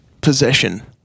possession